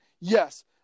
Yes